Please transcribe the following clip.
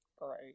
right